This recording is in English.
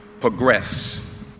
progress